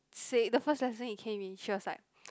say the first lesson he came in she was like